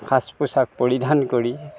সাজ পোছাক পৰিধান কৰি